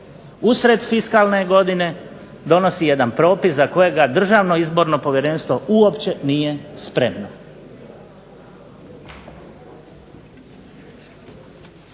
usred fiskalne godine donosi jedan propis za kojega DIP uopće nije spremno.